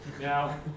Now